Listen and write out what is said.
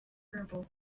purple